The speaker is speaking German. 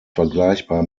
vergleichbar